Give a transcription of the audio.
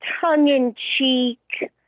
tongue-in-cheek